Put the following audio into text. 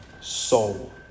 soul